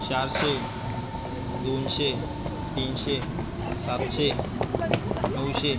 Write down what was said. चारशे दोनशे तीनशे सातशे नऊशे